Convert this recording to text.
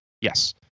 yes